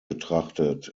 betrachtet